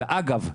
אגב,